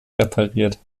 repariert